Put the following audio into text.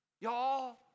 y'all